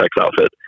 outfit